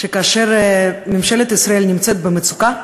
שכאשר ממשלת ישראל נמצאת במצוקה,